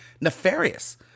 nefarious